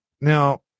Now